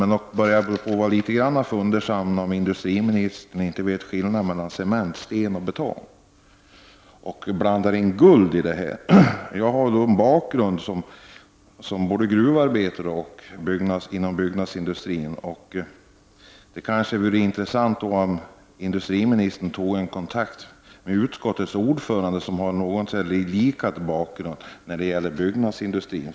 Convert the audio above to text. Jag börjar dock bli litet fundersam om industriministern inte känner skillnad på cement, sten och betong och blandar in guld. Jag har en bakgrund från både gruvor och byggnadsindustrin. Det kanske vore intressant om industriministern tog kontakt med utskottets ordförande, som har en något så när lika bakgrund, när det gäller byggnadsindustrin.